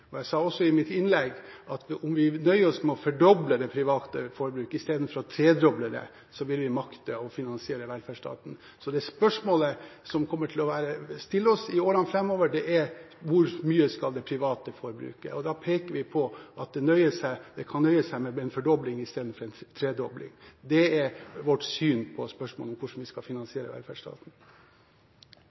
omfordeling. Jeg sa også i mitt innlegg at om vi nøyer oss med å fordoble det private forbruket istedenfor å tredoble det, vil vi makte å finansiere velferdsstaten. Så det spørsmålet som vi kommer til å stille oss i årene framover, er: Hvor mye skal det private forbruket øke? Da peker vi på at det kan nøye seg med en fordobling istedenfor en tredobling. Det er vårt syn på spørsmålet om hvordan vi skal finansiere velferdsstaten.